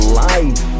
life